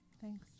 Thanks